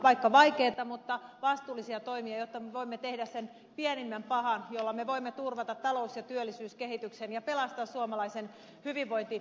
vaikkakin vaikeita mutta vastuullisia toimia jotta me voimme tehdä sen pienimmän pahan jolla me voimme turvata talous ja työllisyyskehityksen ja pelastaa suomalaisen hyvinvointiyhteiskunnan